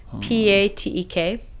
P-A-T-E-K